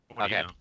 Okay